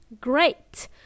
Great